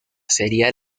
sería